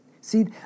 See